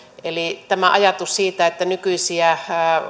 eli tämä ajatus siitä että nykyisiä